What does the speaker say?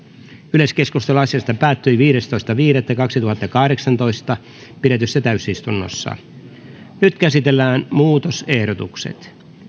yleiskeskustelu asiasta päättyi viidestoista viidettä kaksituhattakahdeksantoista pidetyssä täysistunnossa nyt käsitellään muutosehdotukset